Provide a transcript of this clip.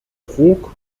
brok